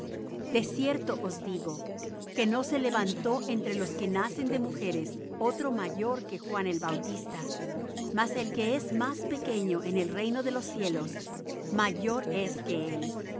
de cierto os digo que no se levantó entre los que nacen de mujeres otro mayor que juan el bautista mas el que es muy más pequeño en el reino de los cielos mayor es que él